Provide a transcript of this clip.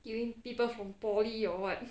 you mean people from poly or what